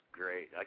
great